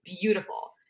beautiful